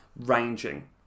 ranging